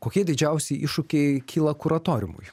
kokie didžiausi iššūkiai kyla kuratoriumui